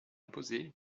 imposé